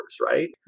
right